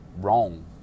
wrong